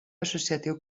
associatiu